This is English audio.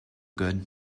good